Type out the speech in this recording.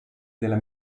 della